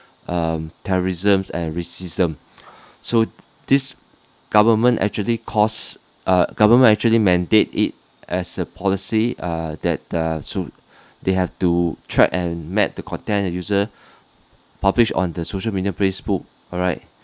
um terrorism and racism so this government actually cause government actually mandate it as a policy uh that the they have to track and map the content user publish on the social media facebook alright